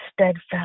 steadfast